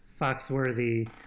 Foxworthy